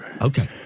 Okay